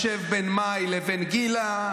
ישב בין מאי לבין גילה,